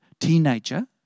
teenager